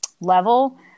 level